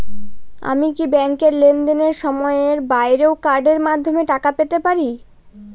আমি কি ব্যাংকের লেনদেনের সময়ের বাইরেও কার্ডের মাধ্যমে টাকা পেতে পারি?